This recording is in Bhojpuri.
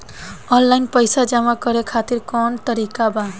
आनलाइन पइसा जमा करे खातिर कवन तरीका बा?